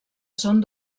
són